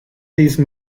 these